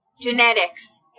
Genetics